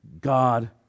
God